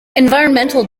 environmental